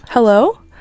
Hello